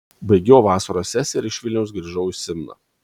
baigiau vasaros sesiją ir iš vilniaus grįžau į simną